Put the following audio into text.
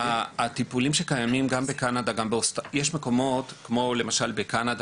יש מקומות כמו למשל בקנדה,